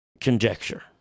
conjecture